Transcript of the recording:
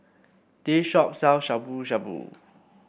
this shop sell Shabu Shabu